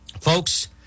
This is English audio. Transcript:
Folks